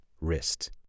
wrist